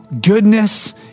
goodness